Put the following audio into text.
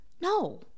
No